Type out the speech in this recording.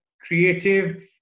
creative